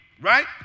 right